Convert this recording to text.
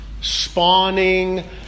spawning